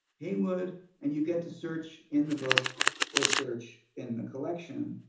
heywood and you get to search in the book or search in the collection.